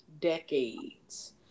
decades